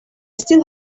still